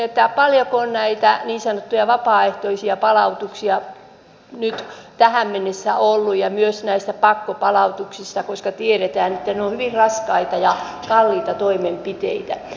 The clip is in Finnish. kysyisin paljonko on näitä niin sanottuja vapaaehtoisia palautuksia nyt tähän mennessä ollut ja kysyisin myös näistä pakkopalautuksista koska tiedetään että ne ovat hyvin raskaita ja kalliita toimenpiteitä